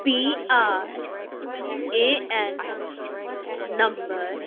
PRAN number